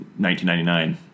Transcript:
1999